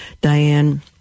Diane